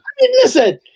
listen